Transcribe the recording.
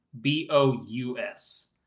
B-O-U-S